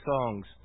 songs